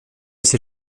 ces